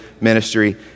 ministry